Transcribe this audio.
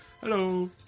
Hello